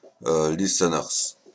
listeners